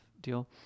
deal